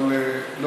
לא,